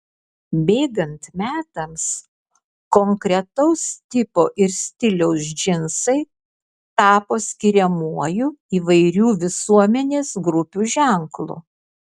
bėgant metams konkretaus tipo ir stiliaus džinsai tapo skiriamuoju įvairių visuomenės grupių ženklu